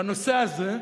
בנושא הזה,